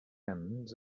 end